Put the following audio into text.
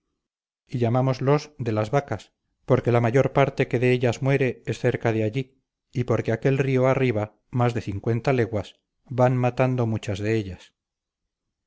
preguntábamos y llamámoslos de las vacas porque la mayor parte que de ellas muere es cerca de allí y porque aquel río arriba más de cincuenta leguas van matando muchas de ellas